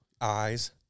eyes